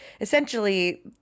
Essentially